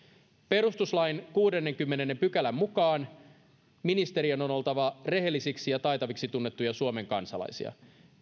perustuslain kuudennenkymmenennen pykälän mukaan ministerien on oltava rehellisiksi ja taitaviksi tunnettuja suomen kansalaisia